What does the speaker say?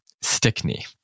Stickney